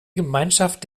gemeinschaft